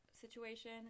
situation